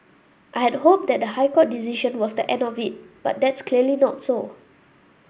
I had hoped that the High Court decision was the end of it but that's clearly not so